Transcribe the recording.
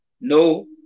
no